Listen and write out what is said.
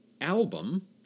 album